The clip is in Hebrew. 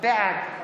בעד